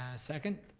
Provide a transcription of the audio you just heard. ah second?